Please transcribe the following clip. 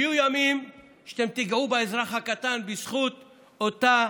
יהיו ימים שאתם תיגעו באזרח הקטן, בזכות אותה